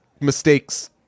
mistakes